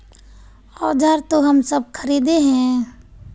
औजार तो हम सब खरीदे हीये?